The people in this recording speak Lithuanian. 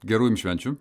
gerų jum švenčių